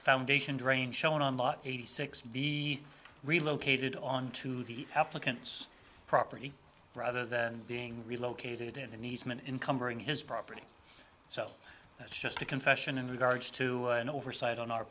foundation drain shown on the eighty six be relocated on to the applicant's property rather than being relocated in an easement encumbering his property so that's just a confession in regards to an oversight on our